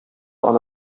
аны